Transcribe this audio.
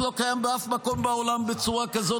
זה לא קיים באף מקום בעולם בצורה כזאת,